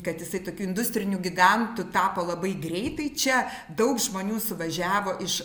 kad jisai tokiu industriniu gigantu tapo labai greitai čia daug žmonių suvažiavo iš